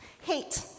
hate